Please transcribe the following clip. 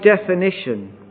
definition